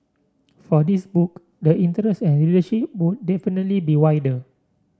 for this book the interest and readership would definitely be wider